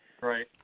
Right